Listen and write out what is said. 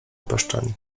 paszczami